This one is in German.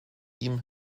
ihm